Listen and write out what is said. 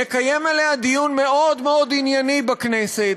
נקיים עליה דיון מאוד מאוד ענייני בכנסת.